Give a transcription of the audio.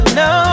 no